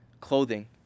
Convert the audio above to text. clothing